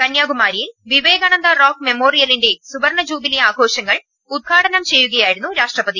കന്യാകുമാരിയിൽ വിവേകാനന്ദ റോക്ക് മെമ്മോറിയലിന്റെ സുവർണ്ണ ജൂബിലി ആഘോഷങ്ങൾ ഉദ്ഘാ ടനം ചെയ്യുകയായിരുന്നു രാഷ്ട്രപതി